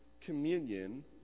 communion